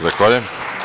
Zahvaljujem.